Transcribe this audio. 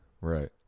right